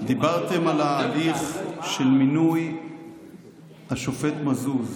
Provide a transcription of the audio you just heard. דיברתם על ההליך של מינוי השופט מזוז.